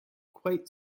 quite